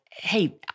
hey